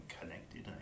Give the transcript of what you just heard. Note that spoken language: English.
connected